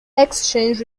exchange